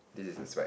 this is the spike